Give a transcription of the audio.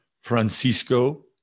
Francisco